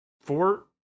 four